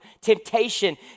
temptation